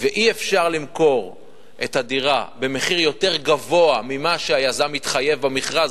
שאי-אפשר למכור את הדירה במחיר יותר גבוה ממה שהיזם התחייב במכרז,